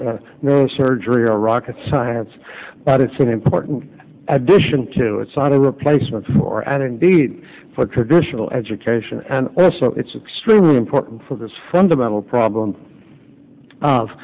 it's not surgery or rocket science but it's an important addition to it's not a replacement for for traditional education and also it's extremely important for this fundamental problem of